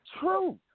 Truth